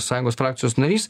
sąjungos frakcijos narys